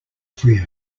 free